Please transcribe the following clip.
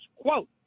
quote